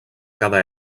cada